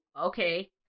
okay